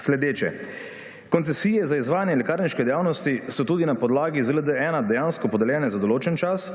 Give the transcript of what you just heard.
Sledeče. Koncesije za izvajanje lekarniške dejavnosti so tudi na podlagi ZLD-1 dejansko podeljene za določen čas,